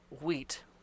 wheat